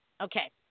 Okay